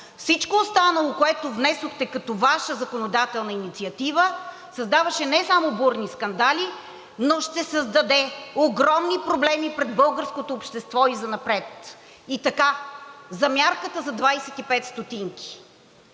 Всичко останало, което внесохте като Ваша законодателна инициатива, създаваше не само бурни скандали, но ще създаде огромни проблеми пред българското общество и занапред. И така, за мярката за 25 стотинки.